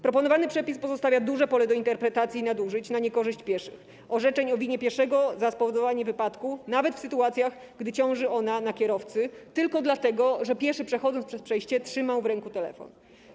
Proponowany przepis pozostawia duże pole do interpretacji i nadużyć na niekorzyść pieszych, orzeczeń o winie pieszego za spowodowanie wypadku nawet w sytuacjach, gdy ciąży ona na kierowcy, tylko dlatego że pieszy, przechodząc przez przejście, trzymał w ręku telefon.